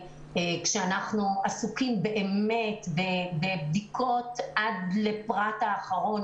כשאנחנו עסוקים באמת בבדיקות עד לפרט האחרון